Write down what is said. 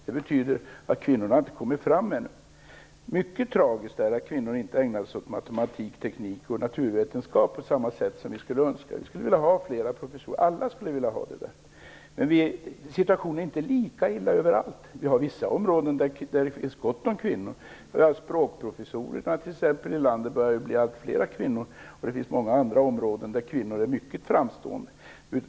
Det betyder att kvinnorna inte har kommit fram dit ännu. Det är mycket tragiskt att kvinnor inte ägnar sig åt matematik, teknik och naturvetenskap på det sätt som vi skulle önska. Alla skulle vilja ha fler kvinnliga professorer inom dessa områden. Men situationen är inte lika illa överallt. Det finns vissa områden där det finns gott om kvinnor. Det börjar t.ex. bli allt fler kvinnor bland språkprofessorerna i landet. Det finns många andra områden där kvinnor är mycket framstående.